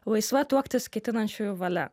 laisva tuoktis ketinančiųjų valia